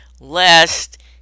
lest